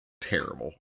Terrible